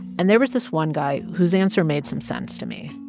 and there was this one guy whose answer made some sense to me.